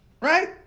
Right